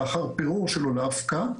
לאחר פירור שלו לאבקה,